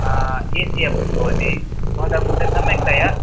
ए C अपि भवति भवतां कृते सम्यक्तया